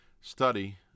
study